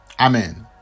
Amen